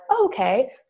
okay